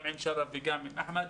גם עם שרף וגם עם אחמד,